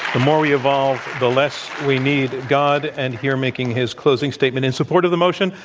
the more we evolve, the less we need god. and here making his closing statement in support of the motion,